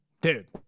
dude